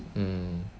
mm